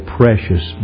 precious